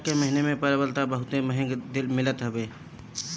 जाड़ा के महिना में परवल तअ बहुते महंग मिलत हवे